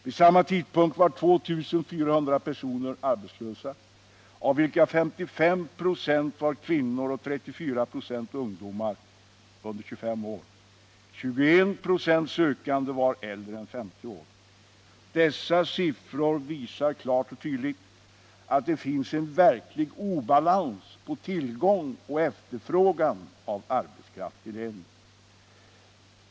Vid samma tidpunkt var 2 400 personer arbetslösa, av vilka 55 96 var kvinnor och 34 96 ungdomar under 25 år. 21 96 sökande var äldre än 50 år. Dessa siffror visar klart och tydligt att det finns en verklig obalans på tillgång och efterfrågan av arbetskraft i länet.